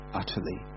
utterly